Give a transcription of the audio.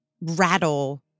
rattle